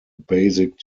basic